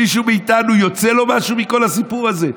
מישהו מאיתנו יוצא לו משהו מכל הסיפור הזה?